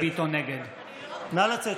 אני לא, נא לצאת.